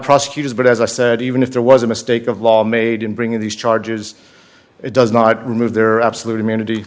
prosecutors but as i said even if there was a mistake of law made in bringing these charges it does not remove their absolute immunity